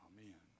Amen